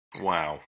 wow